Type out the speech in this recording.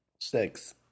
Six